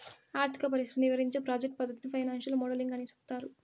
ఆర్థిక పరిస్థితిని ఇవరించే ప్రాజెక్ట్ పద్దతిని ఫైనాన్సియల్ మోడలింగ్ అని సెప్తారు